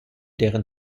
deren